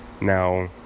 now